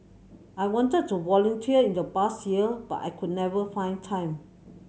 I wanted to volunteer in the past years but I could never find time